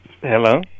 Hello